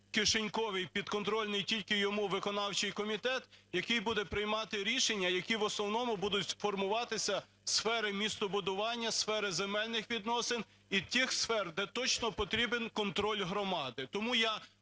кишеньковий підконтрольний тільки йому виконавчий комітет, який буде приймати рішення, які в основному будуть формуватися сфери містобудування, сфери земельних відносин і тих сфер, де точно потрібен контроль громади.